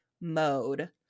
mode